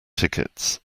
tickets